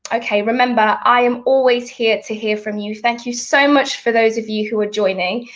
okay, remember, i am always here to hear from you, thank you so much for those of you who are joining.